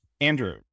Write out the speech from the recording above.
Andrew